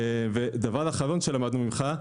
דבר אחרון שלמדנו ממך,